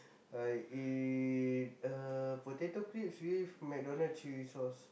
I eat uh potato chips with McDonald chili sauce